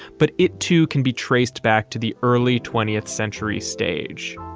but it too can be traced back to the early twentieth century stage.